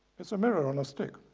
it's a mirror on a stick.